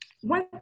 one